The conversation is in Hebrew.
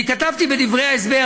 אני כתבתי בדברי ההסבר,